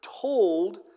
told